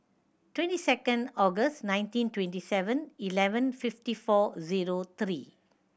twenty second August nineteen twenty Seven Eleven fifty four zero three